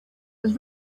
was